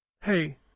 Hey